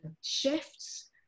shifts